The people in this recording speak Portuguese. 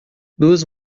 duas